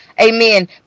amen